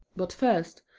but first,